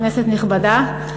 כנסת נכבדה,